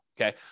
okay